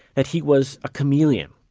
that he was a chameleon,